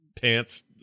pants